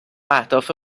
اهداف